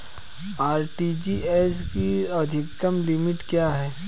RTGS की अधिकतम limit क्या है?